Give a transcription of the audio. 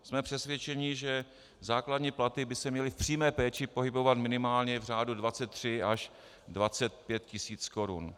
Jsme přesvědčeni, že základní platy by se měly v přímé péči pohybovat minimálně v řádu 23 až 25 tisíc korun.